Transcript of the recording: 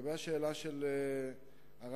עם זאת,